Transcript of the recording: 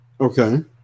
Okay